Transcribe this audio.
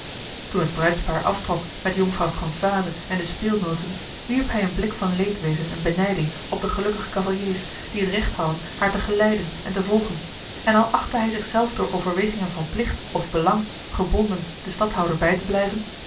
toen het bruidspaar aftrok met jonkvrouw françois en de speelnooten wierp hij een blik van leedwezen en benijding op de gelukkige cavaliers die het recht hadden haar te geleiden en te volgen en al achtte hij zich zelf door overwegingen van plicht of belang gebonden den stadhouder bij te blijven